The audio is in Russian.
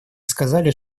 сказали